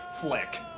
flick